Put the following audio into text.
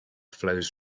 flows